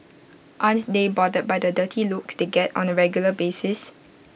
aren't they bothered by the dirty looks they get on A regular basis